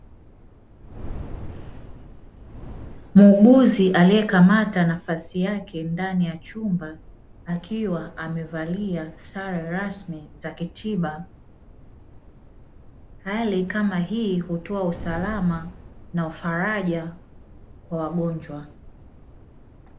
Muuguzi aliyekamata nafasi yake ndani ya chumba, akiwa amevalia sare rasmi za kitiba. Hali kama hii hutoa usalama na faraja kwa wagonjwa.